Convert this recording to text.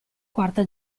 quarta